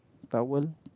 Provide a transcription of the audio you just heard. towel